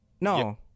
No